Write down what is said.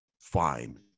fine